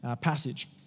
passage